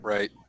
Right